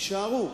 יישארו.